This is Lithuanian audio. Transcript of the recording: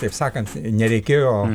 taip sakant nereikėjo